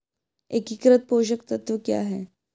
एकीकृत पोषक तत्व क्या है?